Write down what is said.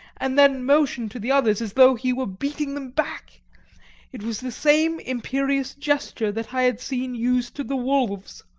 and then motioned to the others, as though he were beating them back it was the same imperious gesture that i had seen used to the wolves.